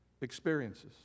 experiences